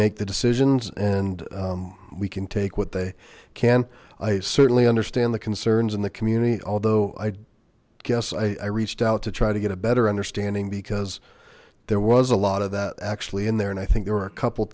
make the decisions and we can take what they can i certainly understand the concerns in the community although i guess i reached out to try to get a better understanding because there was a lot of that actually in there and i think there are a couple